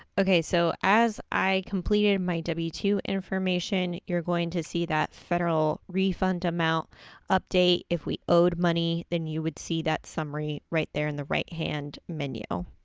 okay, so, as i completed my w two information, you're going to see that federal refund amount update. if we owed money, then you would see that summary right there in the right hand menu.